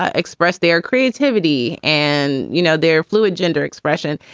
ah express their creativity. and, you know, they're fluid gender expression.